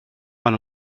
maen